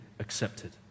accepted